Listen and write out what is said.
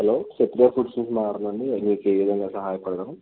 hello Sushma foods నుంచి మాట్లాడుతున్నాం అండి మేము మీకు ఏ విధంగా సహాయ పడగలం